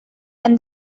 and